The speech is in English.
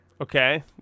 Okay